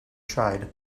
tried